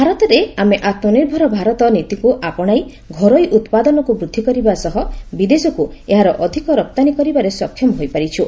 ଭାରତରେ ଆମେ ଆତ୍ମନିର୍ଭର ଭାରତ ନୀତିକୁ ଆପଣାଇ ଘରୋଇ ଉତ୍ପାଦନକୁ ବୃଦ୍ଧି କରିବା ସହ ବିଦେଶକୁ ଏହାର ଅଧିକ ରପ୍ତାନୀ କରିବାରେ ସକ୍ଷମ ହୋଇପାରିଛୁ